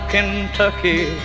Kentucky